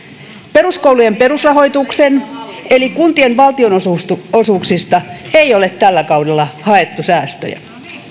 peruskoulujen perusrahoituksesta eli kuntien valtionosuuksista ei ole tällä kaudella haettu säästöjä